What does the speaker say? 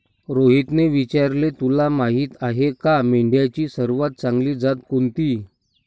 रोहितने विचारले, तुला माहीत आहे का मेंढ्यांची सर्वात चांगली जात कोणती?